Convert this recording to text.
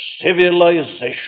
civilization